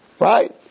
Right